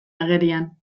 agerian